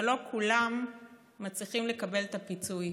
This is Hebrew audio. ולא כולם מצליחים לקבל את הפיצוי